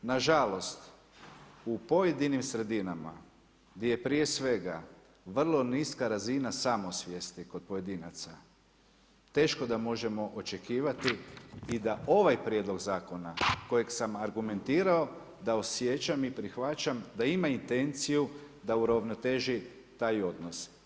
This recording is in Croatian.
Nažalost u pojedinim sredinama gdje je prije svega vrlo niska razina samosvijesti kod pojedinaca teško da možemo očekivati i da ovaj prijedlog zakona koji sam argumentirao da osjećam i prihvaćam da uravnoteži taj odnos.